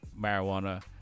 marijuana